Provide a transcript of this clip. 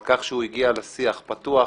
על כך שהוא הגיע לשיח פתוח,